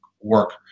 work